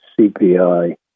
CPI